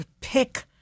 pick